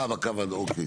בקו האדום?